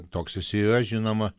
toks jis ir yra žinoma